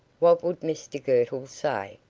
what would mr girtle say?